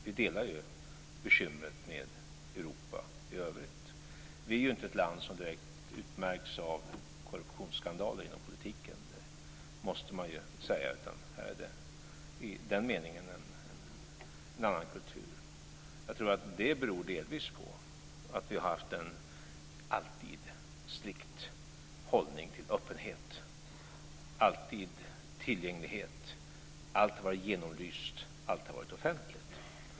Vi delar bekymret med Europa i övrigt. Sverige är inte ett land som direkt utmärks av korruptionsskandaler inom politiken. Det måste man säga. Här är det i den meningen en annan kultur. Jag tror att det delvis beror på att vi alltid har haft en strikt hållning till öppenhet. Det har alltid varit tillgänglighet. Allt har varit genomlyst. Allt har varit offentligt.